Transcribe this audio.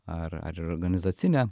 ar ar į organizacinę